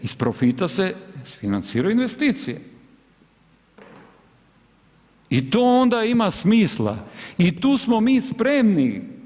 Iz profita se financiraju investicije i to onda ima smisla i tu smo mi spremni.